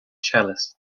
cellist